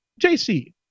JC